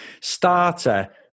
starter